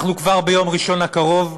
אנחנו כבר ביום ראשון הקרוב,